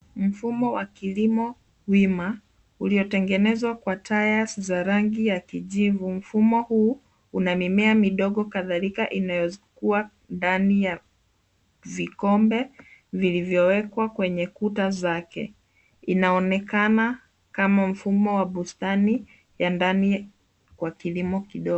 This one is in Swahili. Mfumo wa kilimo wima uliotengenezwa kwa tyres za rangi ya kijivu. Mfumo huu una mimea midogo kadhalika inayokua ndani ya vikombe vilivyowekwa kwenye kuta zake. Inaonekana kama mfumo wa bustani wa ndani kwa kilimo kidogo.